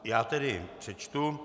Já tedy přečtu.